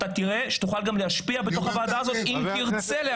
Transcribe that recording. אתה תראה שתוכל גם להשפיע בוועדה הזאת, אם תרצה.